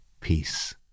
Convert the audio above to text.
peace